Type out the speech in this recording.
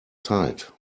zeit